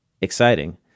exciting